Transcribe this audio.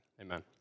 amen